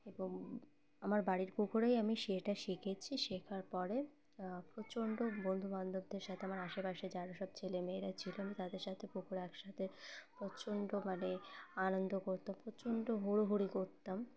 এবং আমার বাড়ির পুকুরেই আমি সেটা শিখেছি শেখার পরে প্রচণ্ড বন্ধুবান্ধবদের সাথে আমার আশেপাশে যারা সব ছেলেমেয়েরা ছিল তাদের সাথে পুকুরে একসাথে প্রচণ্ড মানে আনন্দ করতাম প্রচণ্ড হুড়োহুড়ি করতাম